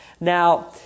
Now